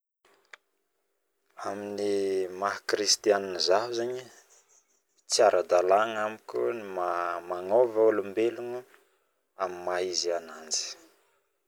Aminy maha kristian zaho zaigny tsy aradalagno amiko ny magnova olomelogno aminy maha izy anazy